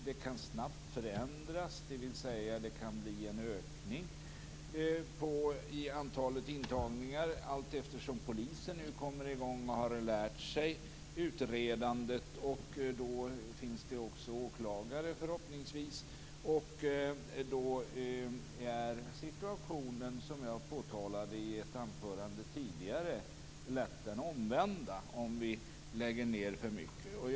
Det kan snabbt förändras, dvs. det kan bli en ökning av antalet intagningar allteftersom polisen nu kommer i gång och har lärt sig utredandet. Då finns det förhoppningsvis också åklagare. Då blir situationen, som jag påtalade i ett anförande tidigare, lätt den omvända om vi lägger ned för många platser.